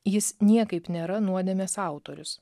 jis niekaip nėra nuodėmės autorius